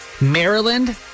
Maryland